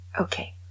Okay